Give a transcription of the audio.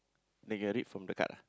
they get it from the card ah